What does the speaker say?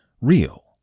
real